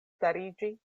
stariĝi